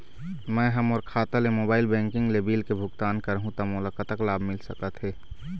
मैं हा मोर खाता ले मोबाइल बैंकिंग ले बिल के भुगतान करहूं ता मोला कतक लाभ मिल सका थे?